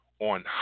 on